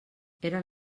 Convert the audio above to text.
eren